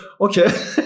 okay